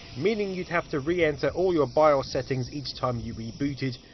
meaning you'd have to re-enter all your bios settings each time you rebooted.